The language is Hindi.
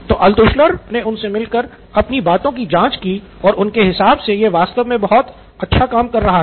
तो अल्त्शुलर ने उनसे मिलकर अपनी बातों की जांच की और उनके हिसाब से यह वास्तव में बहुत अच्छा काम कर रहा था